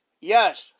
Yes